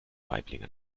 waiblingen